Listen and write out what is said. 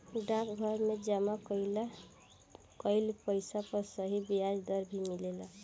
डाकघर में जमा कइल पइसा पर सही ब्याज दर भी मिलेला